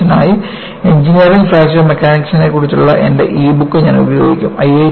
ഈ കോഴ്സിനായി engineering fracture മെക്കാനിക്സിനെക്കുറിച്ചുള്ള എന്റെ ഇ ബുക്ക് ഞാൻ ഉപയോഗിക്കും